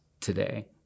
today